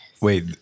Wait